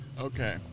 Okay